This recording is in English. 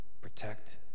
protect